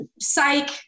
psych